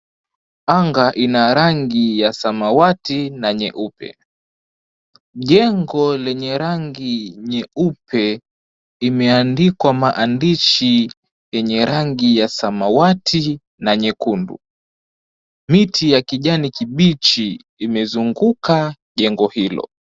Anga ina rangi ya samawati na nyeupe. Jengo lenye rangi nyeupe limeandikwa maandishi yenye rangi ya samawati na nyekundu. Miti ya kijani kibichi imezunguka jengo hilo.